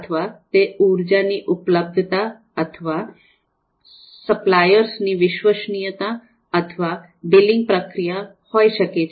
અથવા તે ઊર્જાની ઉપલબ્ધતા 24X7 પ્રાપ્યતા અથવા સપ્લાયરની વિશ્વસનીયતા અથવા બિલિંગ પ્રક્રિયા હોઈ શકે છે